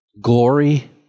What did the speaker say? glory